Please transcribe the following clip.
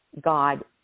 God